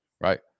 right